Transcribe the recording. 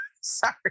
sorry